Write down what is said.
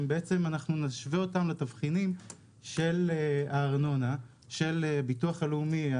נשווה אותם לתבחינים של הביטוח הלאומי,